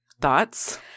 Thoughts